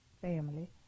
family